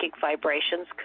vibrations